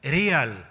real